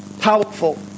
powerful